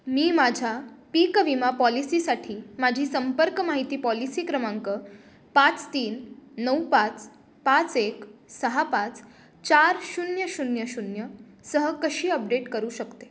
मी माझ्या पीक विमा पॉलिसीसाठी माझी संपर्क माहिती पॉलिसी क्रमांक पाच तीन नऊ पाच पाच एक सहा पाच चार शून्य शून्य शून्य सह कशी अपडेट करू शकते